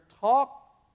Talk